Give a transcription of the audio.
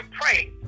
pray